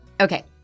Okay